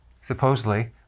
supposedly